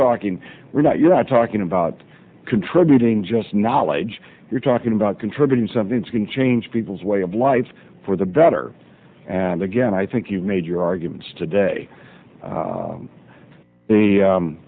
talking we're not you're not talking about contributing just knowledge you're talking about contributing something you can change people's way of life for the better and again i think you made your arguments today